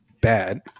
bad